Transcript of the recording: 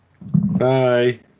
bye